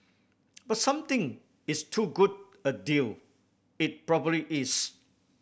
but something is too good a deal it probably is